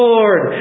Lord